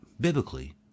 biblically